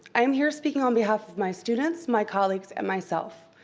i am here speaking on behalf of my students, my colleagues and myself.